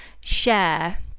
share